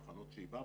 תחנות שאיבה,